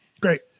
Great